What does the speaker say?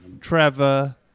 Trevor